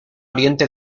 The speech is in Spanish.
oriente